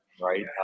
right